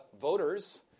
voters